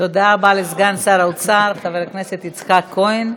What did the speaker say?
תודה רבה לסגן שר האוצר, חבר הכנסת יצחק כהן.